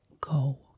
go